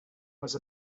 was